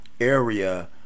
area